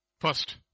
First